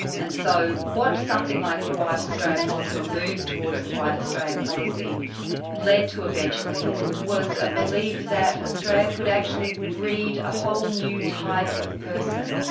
and so what something like the white australia policy, or moves towards the white australia policy led to eventually, was a belief that australia could actually breed a whole new type of person.